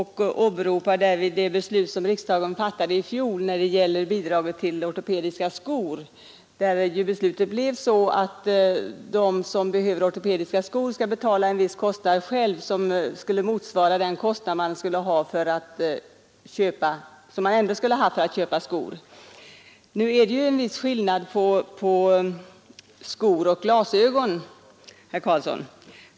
Han åberopade därvid det beslut angående bidraget till ortopediska skor som riksdagen fattade i fjol och som innebar att de som behöver ortopediska skor själva skall betala en viss kostnad, motsvarande vad det ändå skulle ha kostat dem att köpa skor. Nu är det emellertid en viss skillnad mellan skor och glasögon, herr Karlsson.